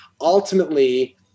Ultimately